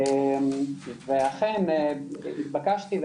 ואכן התבקשתי,